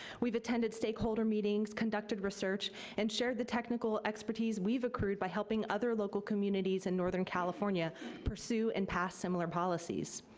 we've attended stakeholder meetings, conducted research and shared the technical expertise we've accrued by helping other local communities in northern california pursue and pass similar policies.